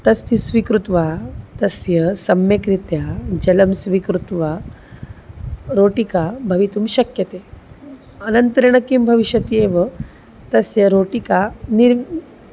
अस्ति स्वीकृत्य तस्य सम्यग्रीत्या जलं स्वीकृत्य रोटिका भवितुं शक्यते अनन्तरेण किं भविष्यति एव तस्य रोटिका निर्